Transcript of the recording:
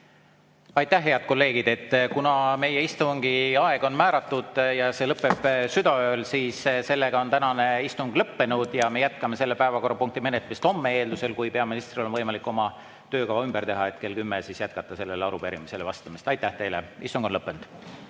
Aitäh! Head kolleegid! Kuna meie istungi aeg on määratud ja see lõpeb südaööl, siis on tänane istung lõppenud. Me jätkame selle päevakorrapunkti menetlemist homme, eeldusel, et peaministril on võimalik oma töökava ümber teha, et kell 10 jätkata sellele arupärimisele vastamist. Aitäh teile! Istung on lõppenud.